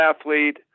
athlete